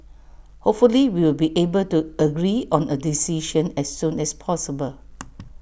hopefully we will be able to agree on A decision as soon as possible